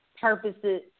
purposes